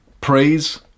Praise